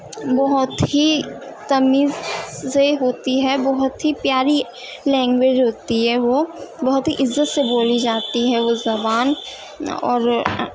بہت ہی تمیز سے ہوتی ہے بہت ہی پیاری لینگویج ہوتی ہے وہ بہت ہی عزت سے بولی جاتی ہے وہ زبان اور